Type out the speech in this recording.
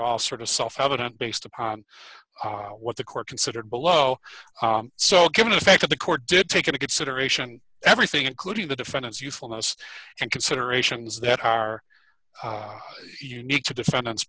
all sort of self evident based upon what the court considered below so given the fact that the court did take into consideration everything including the defendant's usefulness and considerations that are unique to defendant